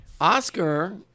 Oscar